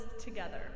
together